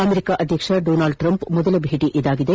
America ಅಧ್ಯಕ್ಷ Donald Trump ಮೊದಲ ಭೇಟಿ ಇದಾಗಿದೆ